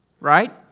Right